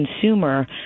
consumer